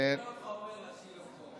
נראה אותך אומר לה שהיא לא פה.